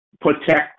protect